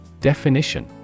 Definition